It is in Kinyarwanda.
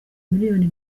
miliyoni